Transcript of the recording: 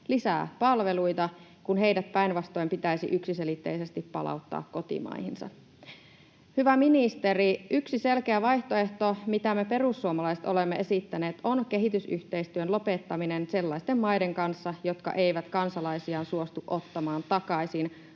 lisää palveluita, kun heidät päinvastoin pitäisi yksiselitteisesti palauttaa kotimaihinsa. Hyvä ministeri, yksi selkeä vaihtoehto, mitä me perussuomalaiset olemme esittäneet, on kehitysyhteistyön lopettaminen sellaisten maiden kanssa, jotka eivät kansalaisiaan suostu ottamaan takaisin,